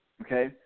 Okay